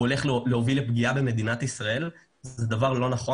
הוא הולך להוביל לפגיעה במדינת ישראל וזה דבר לא נכון